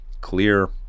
clear